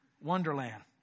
wonderland